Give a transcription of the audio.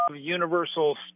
Universal